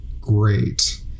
great